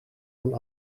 aan